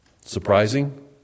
surprising